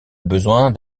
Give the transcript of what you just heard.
besoin